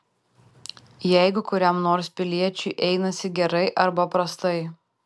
jeigu kuriam nors piliečiui einasi gerai arba prastai